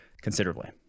considerably